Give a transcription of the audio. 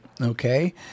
okay